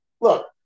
Look